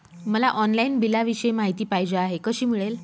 मला ऑनलाईन बिलाविषयी माहिती पाहिजे आहे, कशी मिळेल?